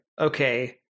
okay